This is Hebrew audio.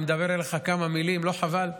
אני מדבר אליך כמה מילים, לא חבל?